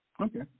Okay